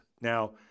Now